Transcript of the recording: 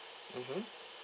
mmhmm